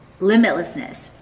limitlessness